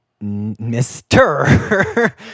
Mister